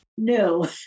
No